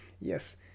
Yes